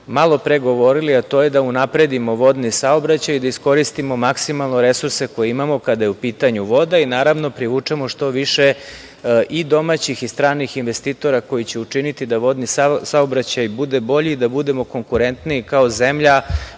malo pre govorili, a to je da unapredimo vodni saobraćaj i da iskoristimo maksimalno resurse koje imamo kada je u pitanju voda i, naravno, privučemo što više i domaćih i stranih investitora koji će učiniti da vodni saobraćaj bude bolji i da budemo konkurentniji kao zemlja